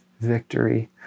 victory